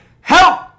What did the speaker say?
help